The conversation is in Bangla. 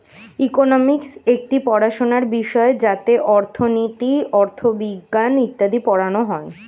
ইকোনমিক্স একটি পড়াশোনার বিষয় যাতে অর্থনীতি, অথবিজ্ঞান ইত্যাদি পড়ানো হয়